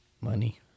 Money